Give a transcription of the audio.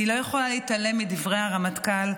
אני לא יכולה להתעלם מדברי הרמטכ"ל,